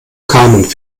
carmen